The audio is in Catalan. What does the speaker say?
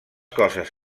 coses